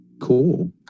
cool